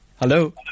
hello